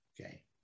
Okay